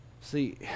See